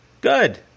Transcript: Good